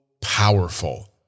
powerful